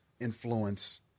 influence